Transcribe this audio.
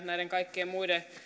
näiden kaikkien muiden